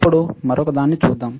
ఇప్పుడు మరొకదాన్ని చూద్దాం